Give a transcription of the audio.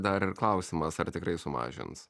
dar ir klausimas ar tikrai sumažins